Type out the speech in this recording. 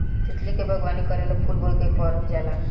तितली के बागवानी करेला फूल बोए के पर जाला